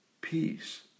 peace